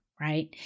right